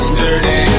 dirty